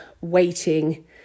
waiting